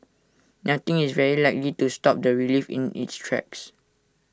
nothing is very likely to stop the relief in its tracks